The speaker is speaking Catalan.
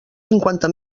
cinquanta